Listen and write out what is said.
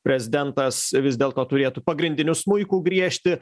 prezidentas vis dėlto turėtų pagrindiniu smuiku griežti